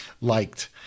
liked